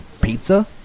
pizza